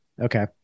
Okay